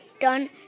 done